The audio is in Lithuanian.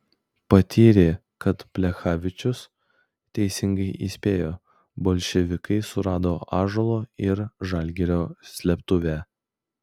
patyrė kad plechavičius teisingai įspėjo bolševikai surado ąžuolo ir žalgirio slėptuvę